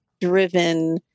driven